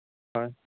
হয়